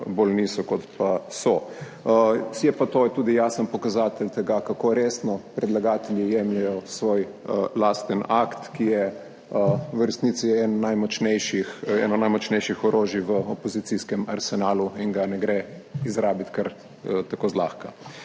bolj niso, kot pa so. Je pa to tudi jasen pokazatelj tega, kako resno predlagatelji jemljejo svoj lasten akt, ki je v resnici eno najmočnejših orožij v opozicijskem arzenalu in ga ne gre izrabljati kar tako zlahka.